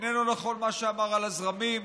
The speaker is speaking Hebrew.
לא נכון מה שאמר על הזרמים,